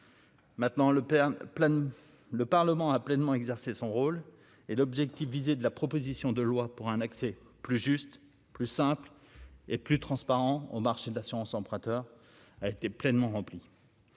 père plane, le Parlement a pleinement exercer son rôle et l'objectif visé de la proposition de loi pour un accès plus juste, plus simple et plus transparent au marché de l'assurance emprunteur a été pleinement rempli